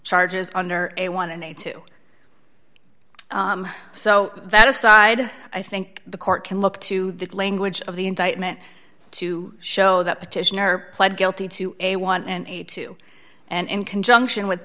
charges under a one and a two so that aside i think the court can look to the language of the indictment to show that petitioner pled guilty to a one and a two and in conjunction with